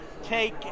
take